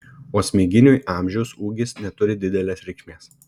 o smiginiui amžius ūgis neturi didelės reikšmės